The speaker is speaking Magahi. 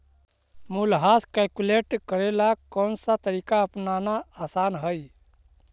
मूल्यह्रास कैलकुलेट करे ला कौनसा तरीका अपनाना आसान हई